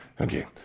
Okay